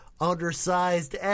Undersized